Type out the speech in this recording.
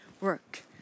work